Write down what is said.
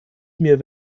mir